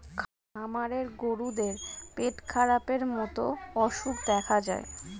খামারের গরুদের পেটখারাপের মতো অসুখ দেখা যায়